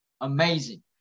amazing